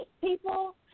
people